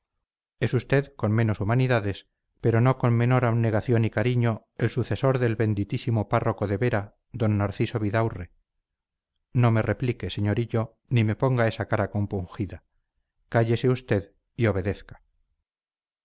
es usted con menos humanidades pero no con menor abnegación y cariño el sucesor del benditísimo párroco de vera d narciso vidaurre no me replique sr hillo ni me ponga esa cara compungida cállese usted y obedezca